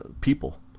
people